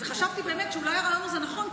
וחשבתי באמת שאולי הרעיון הזה נכון,